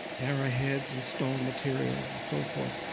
arrow heads and stone materials and so forth.